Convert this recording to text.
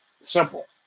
Simple